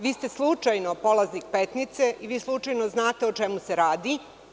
Vi ste slučajno polaznik Petnice i vi slučajno znate o čemu se radi.